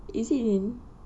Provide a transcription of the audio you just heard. is it in